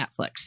Netflix